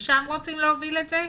לשם רוצים להוביל את זה?